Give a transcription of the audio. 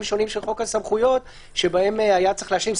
שונים של חוק הסמכויות שבהם היה צריך להשלים,